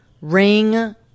Ring